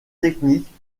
techniques